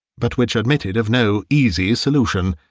but which admitted of no easy solution.